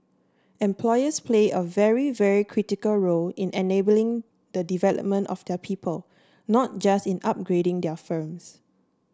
employers play a very very critical role in enabling the development of their people not just in upgrading their firms